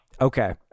okay